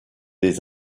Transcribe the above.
des